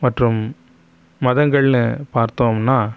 மற்றும் மதங்கள்னு பார்த்தோம்னால்